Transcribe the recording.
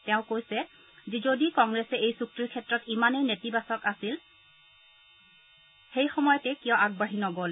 তেওঁ কয় যে যদি কংগ্ৰেছ এই চুক্তিৰ ক্ষেত্ৰত ইমানেই নেতিবাচক আছিল তেতিয়া সেই সময়তেই কিয় আগবাঢ়ি নগ'ল